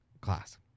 class